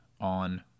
on